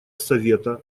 совета